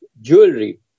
jewelry